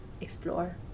explore